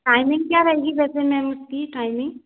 timing क्या रहेगी वैसे मेम इसकी टाइमिंग